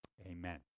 Amen